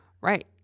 Right